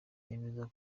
yemeza